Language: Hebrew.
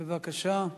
בבקשה,